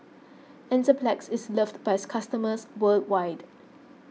Enzyplex is loved by its customers worldwide